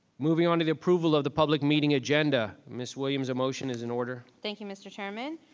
moving on to the approval of the public meeting agenda. ms. williams a motion is an order. thank you, mr. chairman,